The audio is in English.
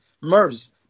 MERS